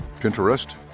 Pinterest